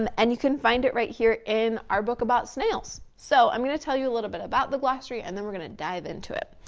um and you can find it right here in our book about snails. so i'm gonna tell you a little bit about the glossary and then we're gonna dive into it.